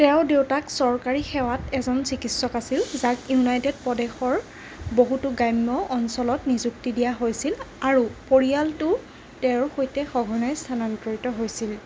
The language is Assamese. তেওঁৰ দেউতাক চৰকাৰী সেৱাত এজন চিকিৎসক আছিল যাক ইউনাইটেড প্ৰদেশৰ বহুতো গ্ৰাম্য অঞ্চলত নিযুক্তি দিয়া হৈছিল আৰু পৰিয়ালটো তেওঁৰ সৈতে সঘনাই স্থানান্তৰিত হৈছিল